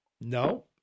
No